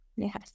Yes